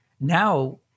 now